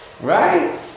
Right